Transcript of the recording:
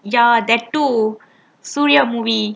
ya that too suria movie